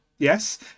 Yes